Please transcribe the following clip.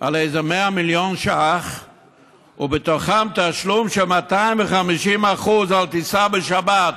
על איזה 100 מיליון ש"ח ובתוכם תשלום של 250% על טיסה בשבת.